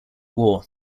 war